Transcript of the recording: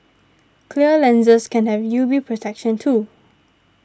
clear lenses can have U V protection too